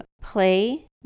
play